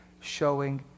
showing